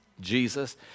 Jesus